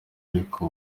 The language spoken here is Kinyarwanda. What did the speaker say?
ariko